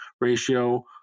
ratio